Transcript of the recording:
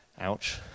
Ouch